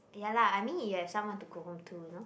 ya lah I mean you have someone to go home to you know